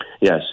Yes